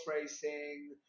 racing